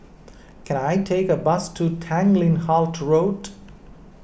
can I take a bus to Tanglin Halt Road